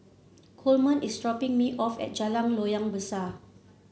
Coleman is dropping me off at Jalan Loyang Besar